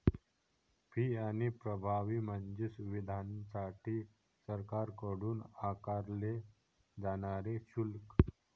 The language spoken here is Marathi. फी आणि प्रभावी म्हणजे सुविधांसाठी सरकारकडून आकारले जाणारे शुल्क